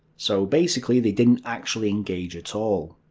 so basically, they didn't actually engage at all.